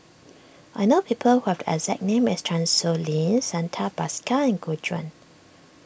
I know people who have the exact name as Chan Sow Lin Santha Bhaskar and Gu Juan